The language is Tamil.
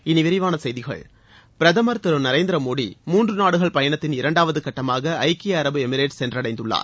இனி விரிவான செய்திகள் பிரதமர் திரு நரேந்திர மோடி மூன்று நாடுகள் பயணத்தின் இரண்டாவது கட்டமாக ஐக்கிய அரபு எமிரேட்ஸ் சென்றடைந்துள்ளார்